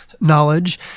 knowledge